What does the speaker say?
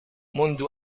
منذ